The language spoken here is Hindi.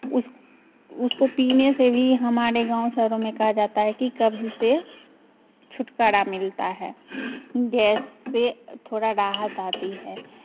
उस उसको पीने से भी हमारे गाँव शहरों में कहा जाता है कि कब्ज़ से छुटकारा मिलता है गैस से थोड़ा राहत आती है